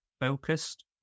focused